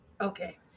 Okay